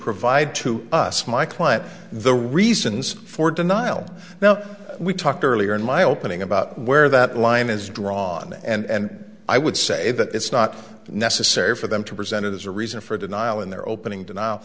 provide to us my client the reasons for denial now we talked earlier in my opening about where that line is drawn and i would say that it's not necessary for them to present it as a reason for denial in their opening t